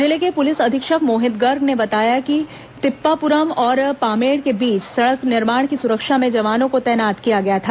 जिले के पुलिस अधीक्षक मोहित गर्ग ने बताया कि तिप्पापुरम और पामेड़ के बीच सड़क निर्माण की सुरक्षा में जवानों को तैनात किया गया था